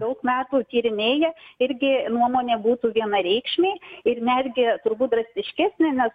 daug metų tyrinėja irgi nuomonė būtų vienareikšmė ir netgi turbūt drastiškesnė nes